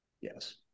Yes